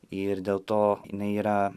ir dėl to jinai yra